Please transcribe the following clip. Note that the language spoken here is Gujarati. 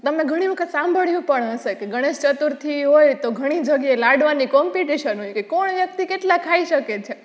તમે ઘણી વખત સાંભળ્યુ પણ હશે કે ગણેશ ચતુર્થી હોય તો ઘણી જગ્યાએ લાડવાની કોમ્પીટીશન હોય કે કોણ વ્યક્તિ કેટલાં ખાઈ શકે છે